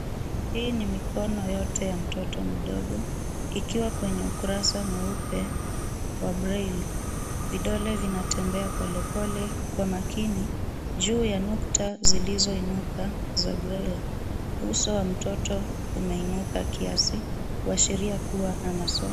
Hii ni mikono yote ya mtoto mdogo ikiwa kwenye ukurasa mweupe wa braille ,vidole vinatembea polepole Kwa makini juu ya nukta zilizoinuka za braille ,uso wa mtoto umeinuka kiasi kuashiria kuwa anasoma.